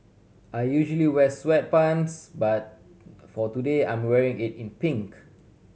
I usually wear sweatpants but for today I'm wearing it in pink